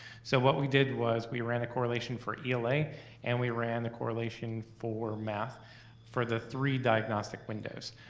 so what we did was, we ran a correlation for ela and we ran the correlation for math for the three diagnostic windows.